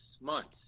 months